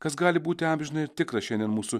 kas gali būti amžina ir tikra šiandien mūsų